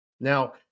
Now